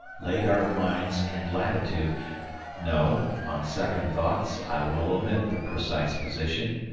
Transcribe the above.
laid our mines in latitude no! on second thoughts i will omit the precise position,